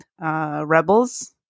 rebels